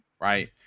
right